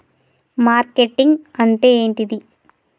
Marketing అంటే ఏంటిది?